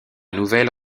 nouvelle